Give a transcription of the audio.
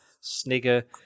snigger